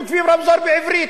לפעמים כותבים "רמזור" בעברית.